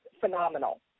phenomenal